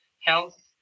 health